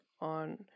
on